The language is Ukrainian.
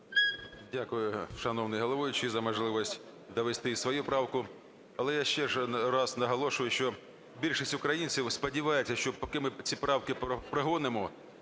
Дякую, шановний головуючий, за можливість довести і свою правку. Але я ще раз наголошую, що більшість українців сподіваються, що, поки ми ці правки прогонимо,